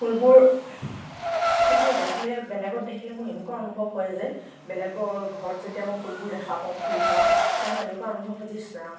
ফুলবোৰ ফুলবোৰ দেখিলে বেলেগত দেখিলে মোৰ এনেকুৱা অনুভৱ হয় যে বেলেগৰ ঘৰত যেতিয়া মই ফুলবোৰ দেখা পাওঁ ফুলি থকা তেতিয়া মোৰ এনেকুৱা অনুভৱ হয় যে ইচ্ ৰাম